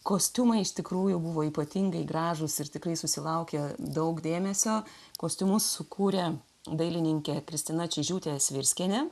kostiumai iš tikrųjų buvo ypatingai gražūs ir tikrai susilaukė daug dėmesio kostiumus sukūrė dailininkė kristina čyžiūtė svirskienė